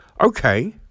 okay